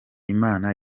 imana